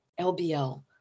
LBL